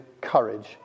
courage